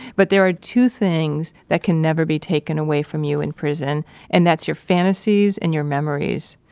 but there are two things that can never be taken away from you in prison and that's your fantasies and your memories.